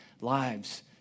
lives